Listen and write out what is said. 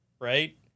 right